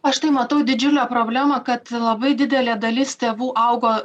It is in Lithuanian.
aš tai matau didžiulę problemą kad labai didelė dalis tėvų augo